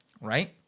right